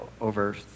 over